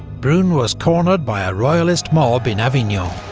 brune was cornered by a royalist mob in avignon,